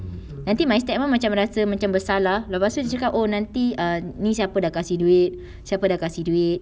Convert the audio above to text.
until my step mum macam berasa macam bersalah lepas tu dia cakap oh nanti err ni siapa dah kasih duit siapa dah kasih duit